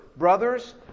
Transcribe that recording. Brothers